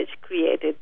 created